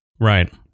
Right